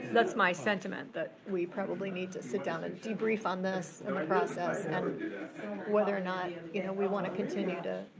that's my sentiment, that we probably need to sit down and debrief on this and the process and whether or not you know we wanna continue to.